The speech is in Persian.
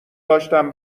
داشتم